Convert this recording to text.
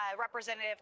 Representative